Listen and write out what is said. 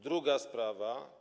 Druga sprawa.